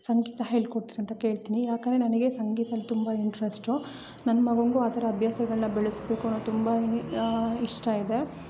ಸಂಗೀತ ಹೇಳ್ಕೋಡ್ತಿರಿ ಅಂತ ಕೇಳ್ತೀನಿ ಯಾಕಂದರೆ ನನಗೆ ಸಂಗೀತಲ್ಲಿ ತುಂಬ ಇಂಟ್ರಸ್ಟು ನನ್ನ ಮಗನಿಗೂ ಆ ಥರ ಅಭ್ಯಾಸಗಳನ್ನ ಬೆಳೆಸಬೇಕು ಅನ್ನೋದು ತುಂಬಾ ಇಷ್ಟ ಇದೆ